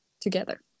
together